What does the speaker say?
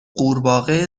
غورباغه